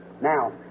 Now